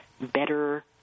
better